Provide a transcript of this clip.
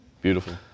Beautiful